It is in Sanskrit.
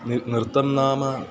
निर् नृत्यं नाम